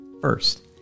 First